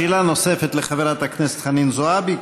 שאלה נוספת לחברת הכנסת חנין זועבי,